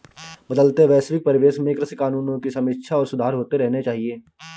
बदलते वैश्विक परिवेश में कृषि कानूनों की समीक्षा और सुधार होते रहने चाहिए